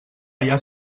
allà